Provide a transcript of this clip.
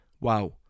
wow